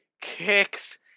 kicks